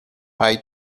high